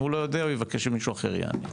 אם הוא לא יודע הוא יבקש ממישהו אחר שיענה.